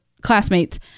classmates